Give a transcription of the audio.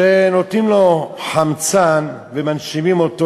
שנותנים לו חמצן ומנשימים אותו